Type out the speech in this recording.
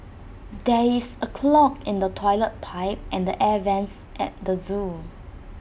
there is A clog in the Toilet Pipe and air Vents at the Zoo